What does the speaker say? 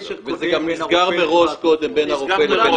קשר קודם בין הרופא --- וזה גם נסגר מראש קודם בין הרופא לבין החברה.